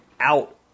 out